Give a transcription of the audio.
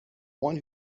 one